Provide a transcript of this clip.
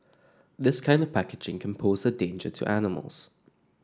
this kind of packaging can pose a danger to animals